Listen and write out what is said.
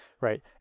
Right